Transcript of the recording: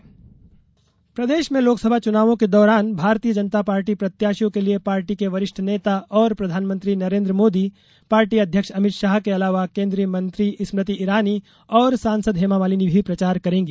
star प्रचारक भाजपा प्रदेश में लोकसभा च्नावों के दौरान भारतीय जनता पार्टी प्रत्याशियों के लिए पार्टी के वरिष्ठ नेता और प्रधानमंत्री नरेंद्र मोदी पार्टी अध्यक्ष अमित शाह के अलावा केंद्रीय मंत्री स्मृति इरानी और सांसद हेमामालिनी भी प्रचार करेंगी